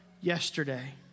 yesterday